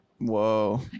whoa